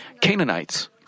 Canaanites